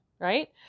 Right